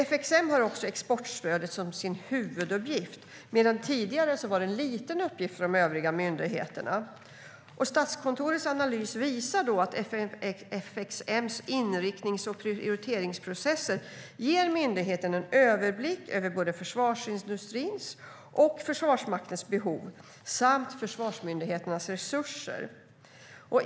FXM har också exportstödet som sin huvuduppgift medan det tidigare var en liten uppgift för de övriga myndigheterna. Statskontorets analys visar att FXM:s inriktnings och prioriteringsprocesser ger myndigheten överblick över både försvarsindustrins och Försvarsmaktens behov samt försvarsmyndigheternas resurser.